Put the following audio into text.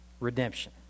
redemption